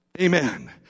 Amen